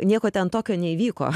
nieko ten tokio neįvyko